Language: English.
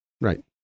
Right